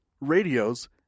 radios